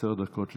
עשר דקות לרשותך.